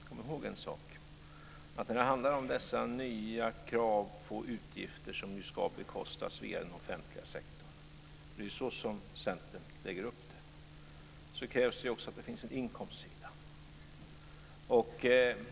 Men kom ihåg en sak, att när det handlar om dessa nya krav på utgifter som ska bekostas via den offentliga sektorn - det är så Centern lägger upp det - krävs det också att det finns en inkomstsida.